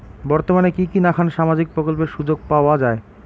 বর্তমানে কি কি নাখান সামাজিক প্রকল্পের সুযোগ পাওয়া যায়?